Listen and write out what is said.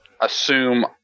assume